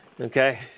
okay